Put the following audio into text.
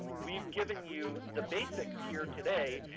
we've given you the basics here today.